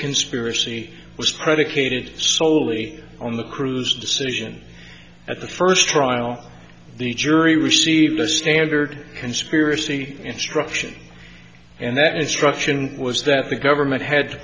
conspiracy was predicated soley on the crew's decision at the first trial the jury received the standard conspiracy instruction and that as struction was that the government had to